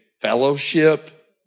fellowship